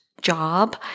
job